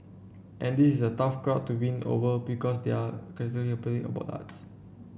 and this is a tough crowd to win over because they are about arts